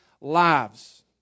lives